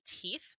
teeth